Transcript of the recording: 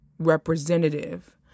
representative